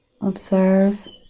Observe